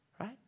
right